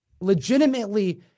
legitimately